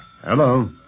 Hello